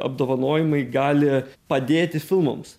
apdovanojimai gali padėti filmams